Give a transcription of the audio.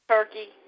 Turkey